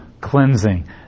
cleansing